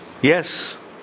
Yes